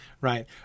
Right